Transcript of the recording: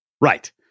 Right